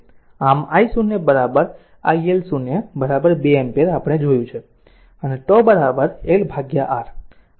આમ I0 i L 0 2 ampere આપણે જોયું છે અને τ L R